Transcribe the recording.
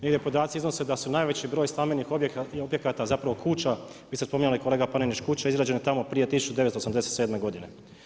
Negdje podaci iznose da su najveći broj stambenih objekata, zapravo kuća, vi ste spominjali kolega Panenić kuće izrađene tamo prije 1987. godine.